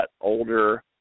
older